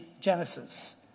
Genesis